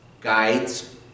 guides